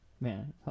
man